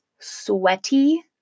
Sweaty